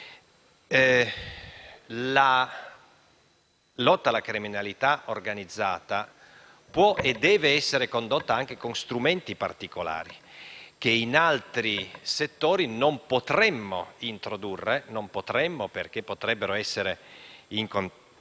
La lotta alla criminalità organizzata può e deve essere condotta anche con strumenti particolari che in altri settori non potremmo introdurre, perché potrebbero essere in contrasto